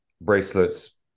bracelets